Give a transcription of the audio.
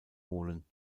holen